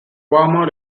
warmer